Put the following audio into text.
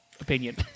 opinion